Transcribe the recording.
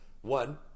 one